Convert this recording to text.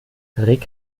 rick